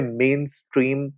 mainstream